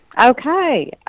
Okay